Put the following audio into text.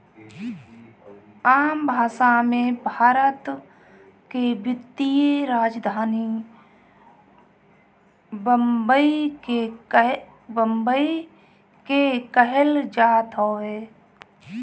आम भासा मे, भारत के वित्तीय राजधानी बम्बई के कहल जात हवे